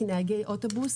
כי נהגי אוטובוס,